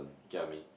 Jia-Min